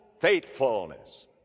faithfulness